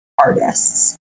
artists